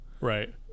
Right